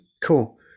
Cool